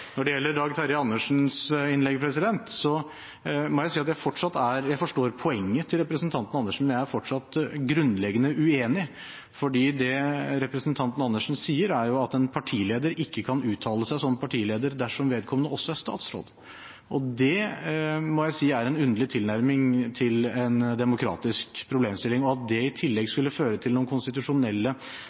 Når det gjelder representanten Dag Terje Andersens innlegg, må jeg si at jeg forstår poenget hans, men jeg er fortsatt grunnleggende uenig. Det representanten Andersen sier, er at en partileder ikke kan uttale seg som partileder dersom vedkommende også er statsråd. Det må jeg si er en underlig tilnærming til en demokratisk problemstilling. At det i tillegg skulle føre til noen konstitusjonelle